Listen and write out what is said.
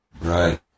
Right